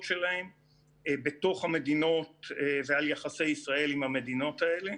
שלהם בתוך המדינות ועל יחסי ישראל עם המדינות האלה.